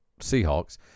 seahawks